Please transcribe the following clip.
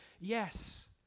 yes